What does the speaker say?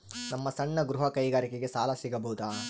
ನಮ್ಮ ಸಣ್ಣ ಗೃಹ ಕೈಗಾರಿಕೆಗೆ ಸಾಲ ಸಿಗಬಹುದಾ?